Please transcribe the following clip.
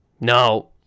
no